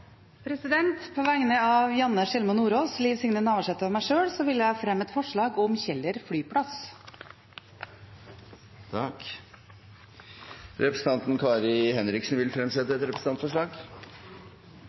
På vegne av Janne Sjelmo Nordås, Liv Signe Navarsete og meg sjøl vil jeg fremme et forslag om Kjeller flyplass. Representanten Kari Henriksen vil fremsette